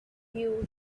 you